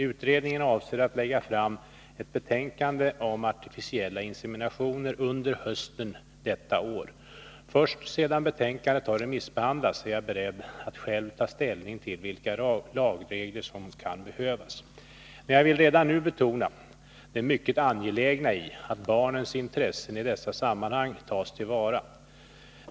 Utredningen avser att lägga fram ett betänkande om artificiella inseminationer under hösten detta år. Först sedan betänkandet har remissbehandlats är jag beredd att själv ta ställning till vilka lagregler som kan behövas. Men jag vill redan nu betona det mycket angelägna i att barnens intressen i dessa sammanhang tas till vara.